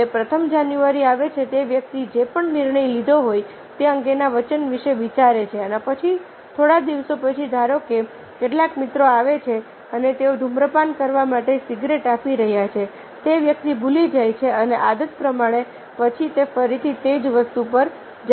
હવે પ્રથમ જાન્યુઆરી આવે છે તે વ્યક્તિ જે પણ નિર્ણય લીધો હોય તે અંગેના વચન વિશે વિચારે છે અને પછી થોડા દિવસો પછી ધારો કે કેટલાક મિત્રો આવે છે અને તેઓ ધૂમ્રપાન કરવા માટે સિગારેટ આપી રહ્યા છે તે વ્યક્તિ ભૂલી જાય છે અને આદત પ્રમાણે પછી તે ફરીથી તે જ વસ્તુ પર જાય છે